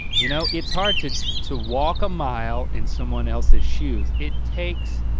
you know it's hard to to walk a mile in someone else's shoes, it takes